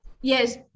Yes